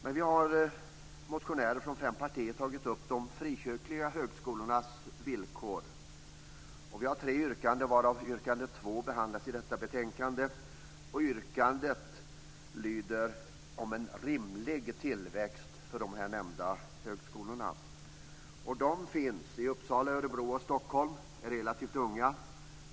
Men vi är motionärer från fem partier som har tagit upp de frikyrkliga högskolornas villkor. Vi har tre yrkanden, varav yrkande 2 behandlas i detta betänkande. Yrkandet handlar om en rimlig tillväxt för de här nämnda högskolorna. De finns i Uppsala, Örebro och Stockholm. De är relativt unga.